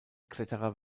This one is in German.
kletterer